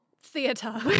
theater